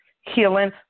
healing